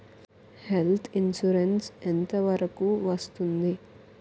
Health insurance ఎంత వరకు వస్తుంది?